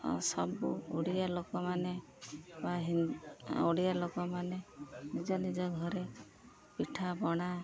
ସବୁ ଓଡ଼ିଆ ଲୋକମାନେ ବା ହିନ୍ଦ୍ ଓଡ଼ିଆ ଲୋକମାନେ ନିଜ ନିଜ ଘରେ ପିଠାପଣା